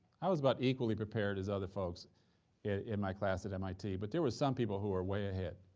i was about equally prepared as other folks in my class at mit, but there was some people who were way ahead.